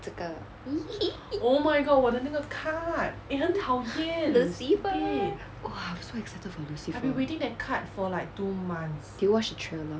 这个 lucifer !wah! 我 so excited for lucifer did you watch the trailer